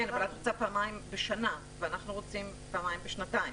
את הצעת פעמיים בשנה ואנחנו רוצות פעמיים בשנתיים.